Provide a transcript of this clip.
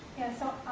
yeah, so,